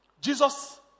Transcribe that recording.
Jesus